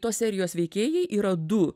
tos serijos veikėjai yra du